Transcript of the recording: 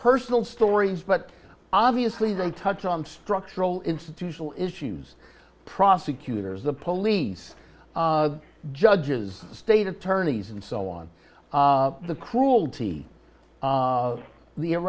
personal stories but obviously they touch on structural institutional issues prosecutors the police judges state attorneys and so on the cruelty